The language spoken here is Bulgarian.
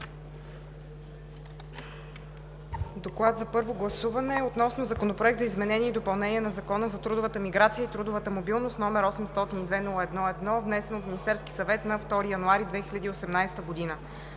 „ДОКЛАД за първо гласуване относно Законопроект за изменение и допълнение на Закона за трудовата миграция и трудовата мобилност, № 802-01-1, внесен от Министерски съвет на 2 януари 2018 г.